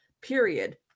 period